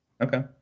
Okay